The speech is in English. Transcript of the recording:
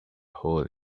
hole